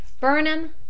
Burnham